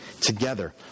together